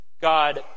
God